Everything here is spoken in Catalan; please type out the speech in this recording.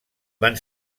van